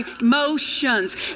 emotions